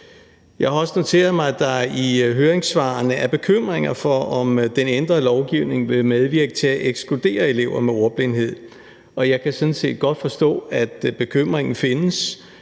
Jeg har også noteret mig, at der i høringssvarene udtrykkes bekymring for, om den ændrede lovgivning vil medvirke til at ekskludere elever med ordblindhed, og jeg kan sådan set godt forstå, at bekymringen findes,